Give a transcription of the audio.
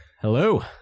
Hello